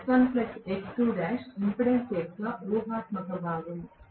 impedance యొక్క ఊహాత్మకభాగం